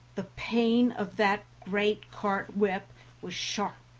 the pain of that great cart whip was sharp,